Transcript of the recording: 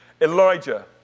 Elijah